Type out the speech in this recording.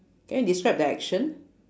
can you describe the action